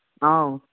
ꯑꯧ